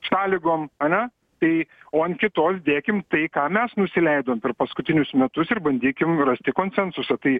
sąlygom ane tai o ant kitos dėkim tai ką mes nusileidom per paskutinius metus ir bandykim rasti konsensusą tai